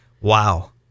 wow